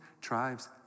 tribes